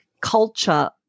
culture